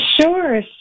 Sure